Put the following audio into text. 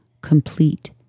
complete